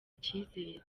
icyizere